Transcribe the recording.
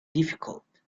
difficult